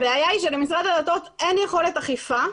אלא שלמשרד הדתות אין יכולת אכיפה,